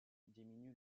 diminue